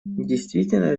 действительно